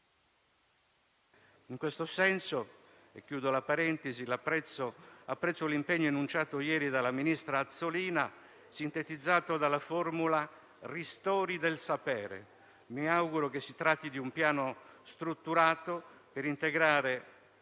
In questo senso - e chiudo la parentesi - apprezzo l'impegno enunciato ieri dal ministro Azzolina e sintetizzato dalla formula «ristori del sapere». Mi auguro che si tratti di un piano strutturato per integrare